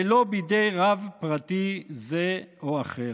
ולא בידי רב פרטי זה או אחר.